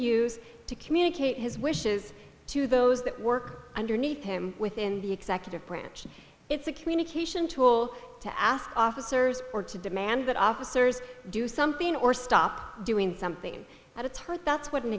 use to communicate his wishes to those that work underneath him within the executive branch it's a communication tool to ask officers or to demand that officers do something or stop doing something at a target that's what an